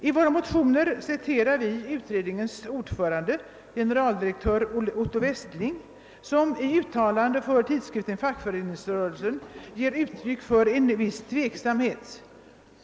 | I våra motioner citerar vi utredningens ordförande generaldirektör Otto Westling, som i ett uttalande för tidskriften Fackföreningsrörelsen ger uttryck för en viss tveksamhet.